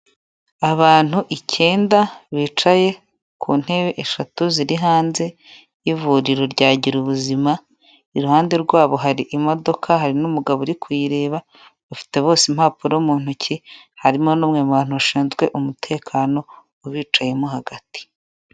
Abantu icyenda bicaye ku ntebe eshatu ziri hanze y'ivuriro rya Gira ubuzima iruhande rwabo hari imodoka hari n'umugabo uri kuyireba bafite bose impapuro mu ntoki harimo n'umwe mubantu bashinzwe umutekano ubicayemo hagati.